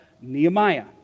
Nehemiah